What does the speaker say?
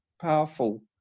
powerful